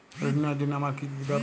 ঋণ নেওয়ার জন্য আমার কী দরকার?